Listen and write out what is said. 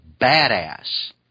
badass